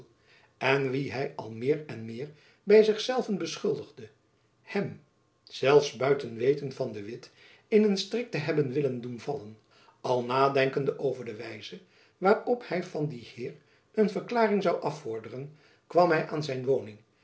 en wien hy al meer en meer by zich zelven beschuldigde hem zelfs buiten weten van de witt in een strik te hebben willen doen vallen al nadenkende over de wijze waarop hy van dien heer een verklaring zoû afvorderen kwam hy aan zijn woning